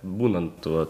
būnant tuo